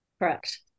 Correct